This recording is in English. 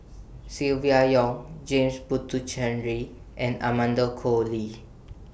Silvia Yong James Puthucheary and Amanda Koe Lee